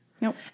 Nope